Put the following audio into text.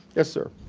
yes sir?